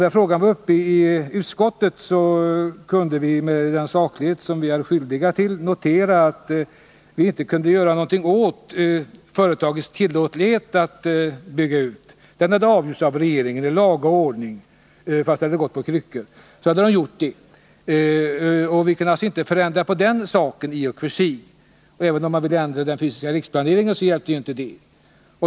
När frågan var uppe i civilutskottet kunde vi med den saklighet som vi måste iaktta notera att vi inte kunde göra någonting åt företagets tillåtlighet. Den saken hade avgjorts av regeringen i laga ordning, fast det hade gått på kryckor. Vi kunde alltså inte ändra det beslutet. Även om man ville ändra den fysiska riksplaneringen, så hjälpte inte det.